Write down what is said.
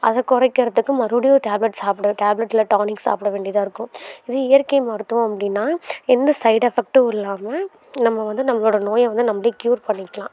அதை குறைக்கிறதுக்கு மறுபடியும் ஒரு டேப்லெட் சாப்பிட்டு டேப்லெட் இல்லை டானிக் சாப்பிட வேண்டியதாக இருக்கும் இதே இயற்கை மருத்துவம் அப்படின்னா எந்த சைட் எஃபெக்ட்டும் இல்லாமல் நம்ம வந்து நம்மளோடய நோயை வந்து நம்மளே க்யூர் பண்ணிக்கலாம்